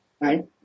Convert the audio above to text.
Right